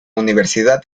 universidad